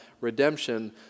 redemption